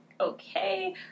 okay